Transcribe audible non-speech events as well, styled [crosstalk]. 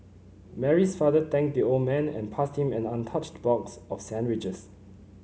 Mary's father thanked the old man and passed him an untouched box of sandwiches [noise]